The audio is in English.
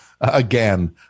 again